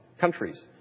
countries